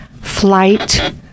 flight